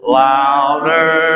louder